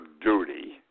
duty